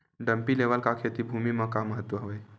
Dumpy level का खेती भुमि म का महत्व हावे?